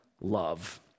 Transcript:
love